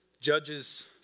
Judges